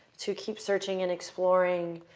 to keep searching and exploring.